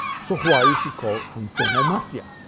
so why is she called antonomasia?